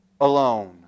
alone